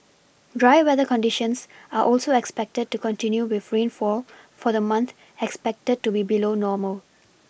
dry weather conditions are also expected to continue with rainfall for the month expected to be below normal